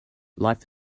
life